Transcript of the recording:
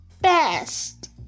best